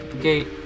gate